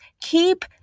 Keep